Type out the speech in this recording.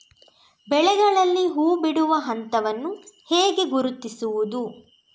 ಬೆಳೆಗಳಲ್ಲಿ ಹೂಬಿಡುವ ಹಂತವನ್ನು ಹೇಗೆ ಗುರುತಿಸುವುದು?